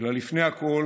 אלא לפני הכול